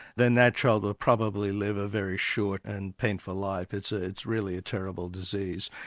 then that child will probably live a very short and painful life. it's ah it's really a terrible disease.